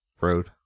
Road